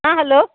ಹಾಂ ಹಲೋ